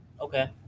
Okay